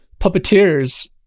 puppeteers